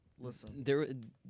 Listen